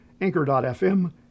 Anchor.fm